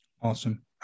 Awesome